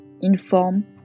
inform